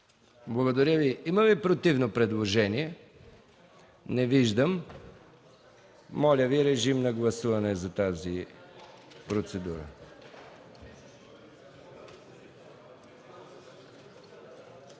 Благодаря Ви. Има ли противно предложение? Не виждам. Моля Ви, режим на гласуване за тази процедура.